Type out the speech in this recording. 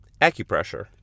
acupressure